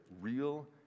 real